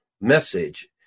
message